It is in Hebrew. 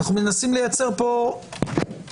אנו מנסים לייצר פה רף.